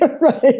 Right